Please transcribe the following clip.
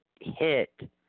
hit